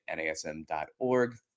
nasm.org